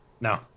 No